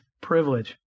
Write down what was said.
privilege